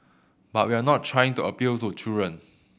but we're not trying to appeal to children